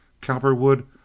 Cowperwood